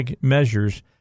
measures